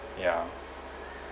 ya